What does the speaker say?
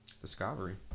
discovery